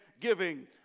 giving